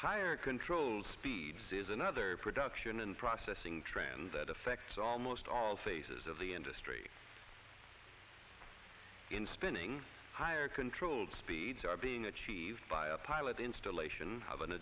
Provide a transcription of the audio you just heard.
fire control speeds is another production and processing trend that affects almost all phases of the industry in spinning higher controlled speeds are being achieved by a pilot installation of an